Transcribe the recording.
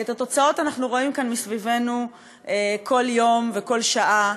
את התוצאות אנחנו רואים כאן מסביבנו כל יום וכל שעה,